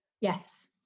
Yes